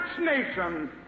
nation